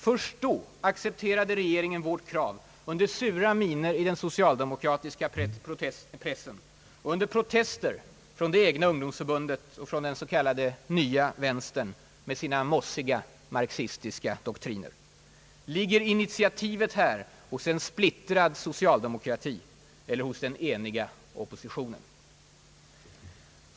Först då accepterade regeringen vårt krav under sura miner i den socialdemokratiska pressen och under protester från det egna ungdomsförbundet och den s.k. nya vänstern med sina mossiga marxistiska doktriner. Ligger initiativet här hos en splittrad socialdemokrati eller hos den eniga oppositionen?